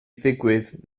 ddigwydd